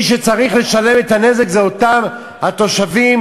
מי שצריך לשלם את הנזק זה אותם התושבים,